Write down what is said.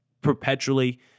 perpetually